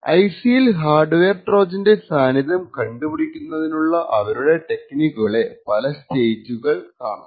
IC ൽ hardware ട്രോജൻറെ സാന്നിധ്യം കണ്ടുപ്പിടിക്കുന്നതിനുള്ള അവരുടെ ടെക്നിക്കുകളുടെ പല സ്റ്റേറ്റുകൾ കാണാം